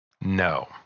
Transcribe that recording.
No